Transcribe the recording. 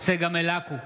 צגה מלקו,